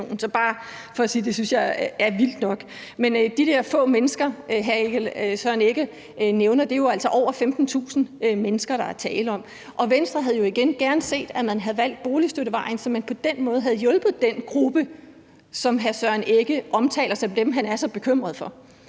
er bare for at sige, at det synes jeg er vildt nok. Men de der få mennesker, hr. Søren Egge Rasmussen nævner, er jo altså over 15.000 mennesker. Venstre havde jo igen gerne set, at man havde valgt boligstøttevejen, så man på den måde havde hjulpet den gruppe, som hr. Søren Egge Rasmussen omtaler som dem, man er så bekymret for.